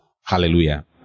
hallelujah